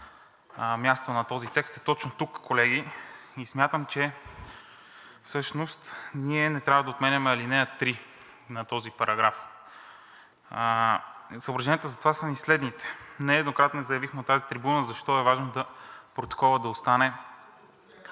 място на този текст е точно тук, колеги. Смятам, че всъщност ние не трябва да отменяме ал. 3 на този параграф. Съображенията за това са ни следните: Нееднократно заявихме от тази трибуна защо е важно протоколът да остане